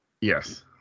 Yes